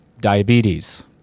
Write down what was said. diabetes